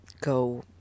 go